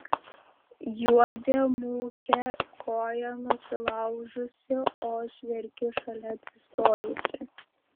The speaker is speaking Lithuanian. juodė mūkia koją nusilaužusi o aš verkiu šalia atsistojusi